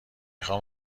خوام